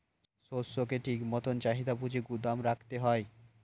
শস্যকে ঠিক মতন চাহিদা বুঝে গুদাম রাখতে হয়